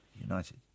united